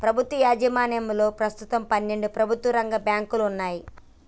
ప్రభుత్వ యాజమాన్యంలో ప్రస్తుతం పన్నెండు ప్రభుత్వ రంగ బ్యాంకులు వున్నయ్